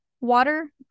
water